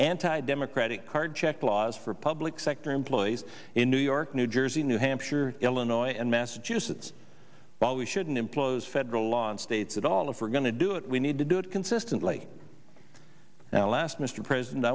anti democratic card check laws for public sector employees in new york new jersey new hampshire illinois and massachusetts but we shouldn't impose federal law on states at all if we're going to do it we need to do it consistently now last mr president